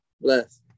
Bless